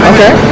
Okay